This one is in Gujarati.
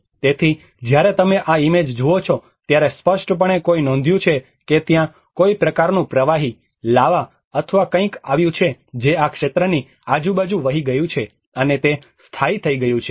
તેથી જ્યારે તમે આ ઇમેજ જુઓ છો ત્યારે સ્પષ્ટપણે કોઈ નોંધ્યું છે કે ત્યાં કોઈ પ્રકારનું પ્રવાહી લાવા અથવા કંઈક આવ્યું છે જે આ ક્ષેત્રની આજુબાજુ વહી ગયું છે અને તે સ્થાયી થઈ ગયું છે